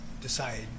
decide